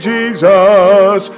Jesus